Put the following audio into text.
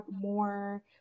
more